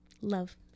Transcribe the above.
love